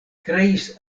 kreis